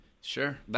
Sure